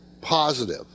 positive